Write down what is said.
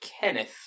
Kenneth